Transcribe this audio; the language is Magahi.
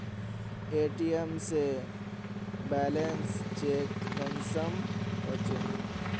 ए.टी.एम से बैलेंस चेक कुंसम होचे?